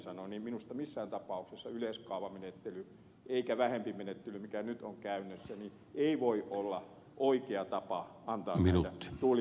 tiusanen sanoi minusta ei missään tapauksessa yleiskaavamenettely eikä vähempi menettely mikä nyt on käytössä voi olla oikea tapa antaa näitä tuulivoiman sijoituslupia